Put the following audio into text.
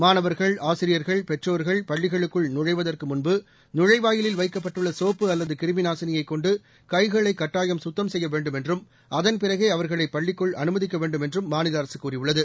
மாணவர்கள் ஆசிரியர்கள் பெற்றோர்கள் பள்ளிகளுக்குள் நுழைவதற்கு முன்பு நுழைவாயிலில் வைக்கப்பட்டுள்ள சோப்பு அல்லது கிருமி நாசினியைக் கொண்டு கைகளை கட்டாயம் சுத்தம் செய்ய வேண்டும் என்றும் அதன்பிறகே அவர்களை பள்ளிக்குள் அனுமதிக்க வேண்டும் என்றும் மாநில அரசு கூறியுள்ளது